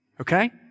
Okay